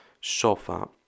sofa